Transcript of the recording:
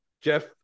Jeff